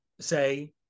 say